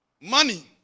Money